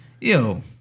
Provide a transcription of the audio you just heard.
Yo